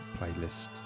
playlist